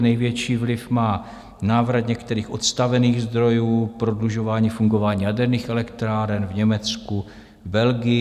Největší vliv má návrat některých odstavených zdrojů, prodlužování fungování jaderných elektráren v Německu, Belgii.